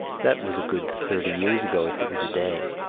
that was a good thirty years ago if it was a day.